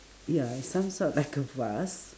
ya it's some sort like a vase